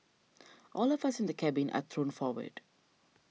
all of us in the cabin are thrown forward